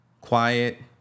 quiet